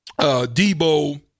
Debo